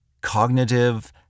cognitive